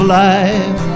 life